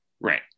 Right